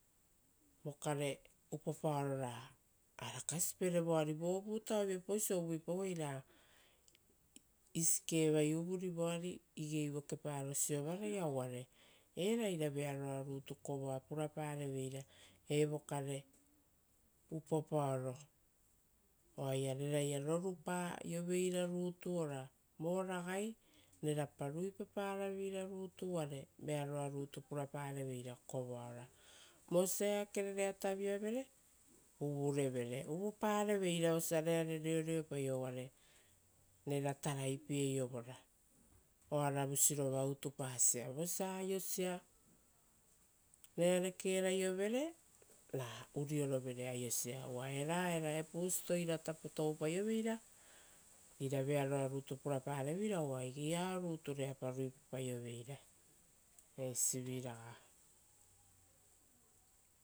Vokare upopaoro ra arakasipere voari. Vo vutao viapausio uvuipau ra isiike vai uvuri voari igei vokeparo siovaraia. Uvare era ira vearoa rutu kovoa purapareveira evo kare upopaoro. Oaia reraia rorupaioveira rutu ora vo ragai rerapa ruipaparaveira rutu uvare. Vearoa rutu purapareveira kovoa ora vosia eakere rera taviavere ra ra uvurevere, uvupareveira vosa rerare reoreopaio, uvare rera taraipieovora oaravu sirova utupasia vosa ai rerare keraiovere ra uriorovere aiosia. Uva era era epusi iratapo toupaioveira, ira vearoa rutupurapareveira uva igei ao rutu rerapa ruipapaioveira.